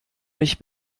mich